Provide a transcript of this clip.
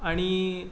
आनी